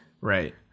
Right